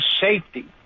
safety